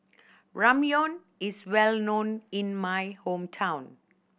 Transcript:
Ramyeon is well known in my hometown